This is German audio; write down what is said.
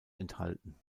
enthalten